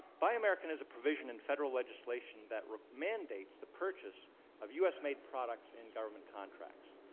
buy american is a provision in federal legislation that mandates the purchase of u. s. made products in government contracts.